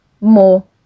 more